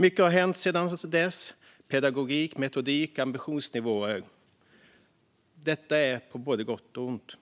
Mycket har hänt sedan dess när det gäller pedagogik, metodik och ambitionsnivåer - på både gott och ont.